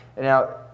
Now